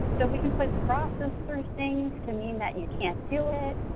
so we can put crosses through things to mean that you can't do it,